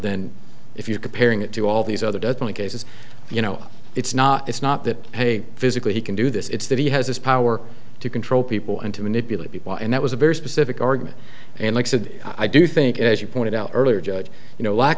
than if you're comparing it to all these other dozen cases you know it's not it's not that they physically he can do this it's that he has this power to control people and to manipulate people and that was a very specific argument and like said i do think as you pointed out earlier judge you know lack